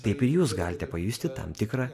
taip ir jūs galite pajusti tam tikrą